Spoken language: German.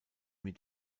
mit